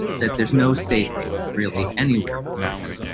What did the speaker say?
that there's no safe haven really anywhere for folks.